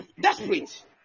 desperate